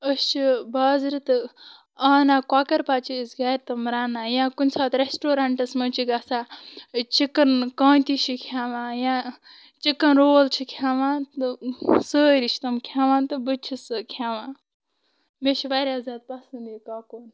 أسۍ چھِ بازرٕ تہٕ انان کۄکَر پَتہٕ چھِ أسۍ گَرِ تِم رَنان یا کُنہِ ساتہٕ رَیٚسٹورَنٛٹَس منٛز چھِ گژھان چِکَن کانتی چھِ کھیٚوان یا چِکَن رول چھِ کھیٚوان تہٕ سٲری چھِ تِم کھیٚوان تہِ بہٕ تہِ چھَس سۄ کھیٚوان مےٚ چھِ واریاہ زیادٕ پسنٛد یہِ کۄکُر